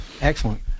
Excellent